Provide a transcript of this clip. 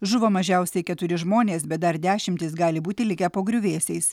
žuvo mažiausiai keturi žmonės bet dar dešimtys gali būti likę po griuvėsiais